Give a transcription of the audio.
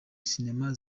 sinema